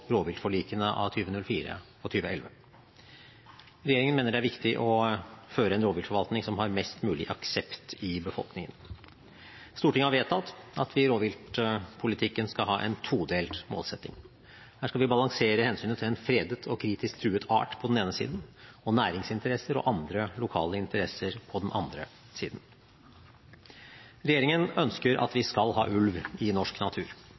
Regjeringen mener det er viktig å føre en rovviltforvaltning som har mest mulig aksept i befolkningen. Stortinget har vedtatt at vi i rovviltpolitikken skal ha en todelt målsetting. Her skal vi balansere hensynet til en fredet og kritisk truet art på den ene siden og næringsinteresser og andre lokale interesser på den andre siden. Regjeringen ønsker at vi skal ha ulv i norsk natur.